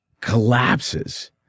collapses